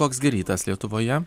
koks gi rytas lietuvoje